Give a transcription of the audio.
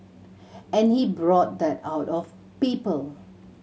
and he brought that out of people